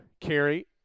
Carrie